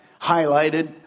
highlighted